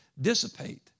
dissipate